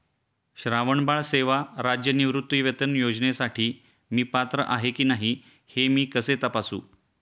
श्रावणबाळ सेवा राज्य निवृत्तीवेतन योजनेसाठी मी पात्र आहे की नाही हे मी कसे तपासू?